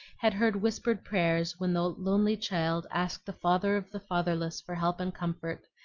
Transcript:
had heard whispered prayers when the lonely child asked the father of the fatherless for help and comfort,